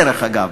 דרך אגב.